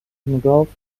میگفت